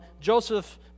Joseph